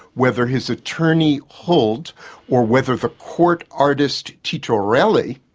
whether his attorney huld or whether the court artist titorelli,